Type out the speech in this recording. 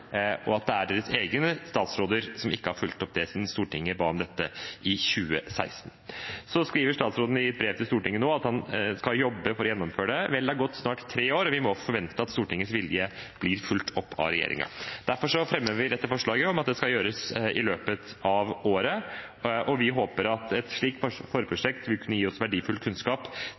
det selv, og at deres egne statsråder ikke har fulgt opp det Stortinget ba om i 2016. Statsråden skriver i et brev til Stortinget nå at han skal jobbe for å gjennomføre det. Vel, tre år har gått, og vi må forvente at Stortingets vilje blir fulgt opp av regjeringen. Derfor fremmer vi dette forslaget om at det skal gjøres i løpet av året, og vi håper et slikt forprosjekt vil kunne gi oss verdifull kunnskap